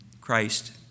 Christ